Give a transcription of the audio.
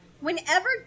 Whenever